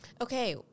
Okay